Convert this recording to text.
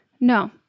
No